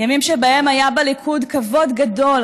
ימים שבהם היה בליכוד כבוד גדול,